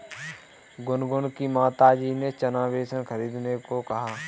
गुनगुन की माताजी ने चना बेसन खरीदने को कहा